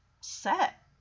set